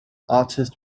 artist